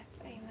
Amen